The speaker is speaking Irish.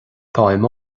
táim